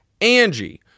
angie